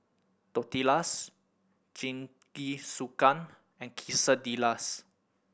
Tortillas Jingisukan and Quesadillas